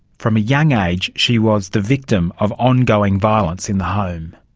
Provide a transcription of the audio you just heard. from a young age she was the victim of ongoing violence in the home.